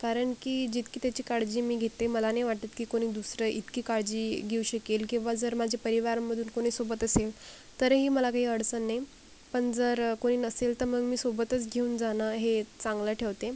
कारण की जितकी त्याची काळजी मी घेते मला नाही वाटत की कोणी दुसरं इतकी काळजी घेऊ शकेल किंवा जर माझ्या परिवारामधून कोणी सोबत असेल तरीही मला काही अडचण नाही पण जर कोणी नसेल तर मग मी सोबतच घेऊन जाणं हे चांगलं ठेवते